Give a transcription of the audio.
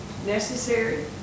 necessary